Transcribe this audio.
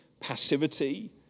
passivity